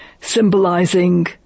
symbolizing